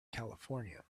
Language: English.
california